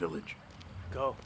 village go